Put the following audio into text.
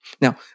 Now